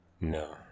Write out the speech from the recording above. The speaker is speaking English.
No